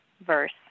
verse